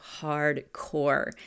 hardcore